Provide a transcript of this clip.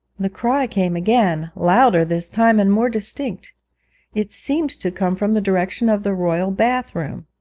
the cry came again, louder this time, and more distinct it seemed to come from the direction of the royal bath-room.